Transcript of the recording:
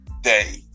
day